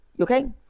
Okay